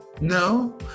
No